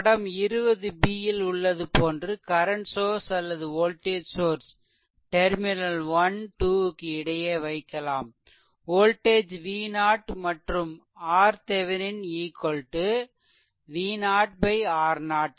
படம் 20 b ல் உள்ளது போன்று கரன்ட் சோர்ஸ் அல்லது வோல்டேஜ் சோர்ஸ் டெர்மினல் 12 க்கு இடையே வைக்கலாம் voltage V0 மற்றும் RThevenin V0 R0